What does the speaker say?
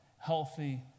healthy